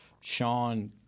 Sean